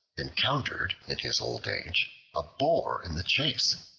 encountered in his old age a boar in the chase.